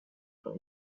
for